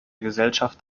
gesellschaft